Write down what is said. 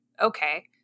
Okay